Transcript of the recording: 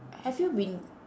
have you been